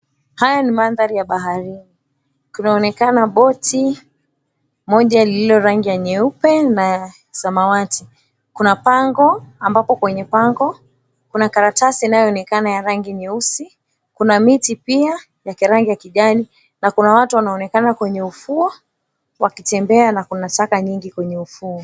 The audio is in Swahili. Haya ni mandhari ya baharini. Boti moja lililo rangi ya nyeupe na samawati. Kuna pango, ambapo kwenye pango kuna karatasi ya rangi nyeusi. Kuna miti pia ya kirangi ya kijani na kuna watu kwenye ufuo wakitembea. Kuna taka nyingi kwenye ufuo.